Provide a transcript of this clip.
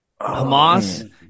Hamas